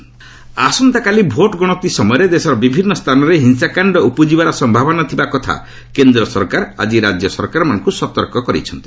home state alert ଆସନ୍ତାକାଲି vote ଗଣତି ସମୟରେ ଦେଶର ବିଭିନ୍ନ ସ୍ଥାନରେ ହିଂସାକାଣ୍ଡ ଉପ୍ରଜିବାର ସମ୍ଭାବନା ଥିବାକଥା କେନ୍ଦ୍ର ସରକାର ଆଜି ରାଜ୍ୟ ସରକାରମାନଙ୍କୁ ସତର୍କ କରାଇଛନ୍ତି